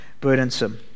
burdensome